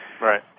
Right